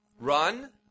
Run